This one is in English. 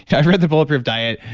yeah i've read the bulletproof diet.